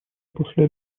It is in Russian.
после